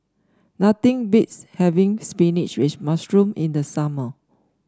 nothing beats having spinach with mushroom in the summer